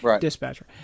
dispatcher